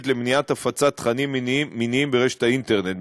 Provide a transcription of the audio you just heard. למניעת הפצת תכנים מיניים באינטרנט.